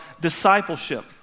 discipleship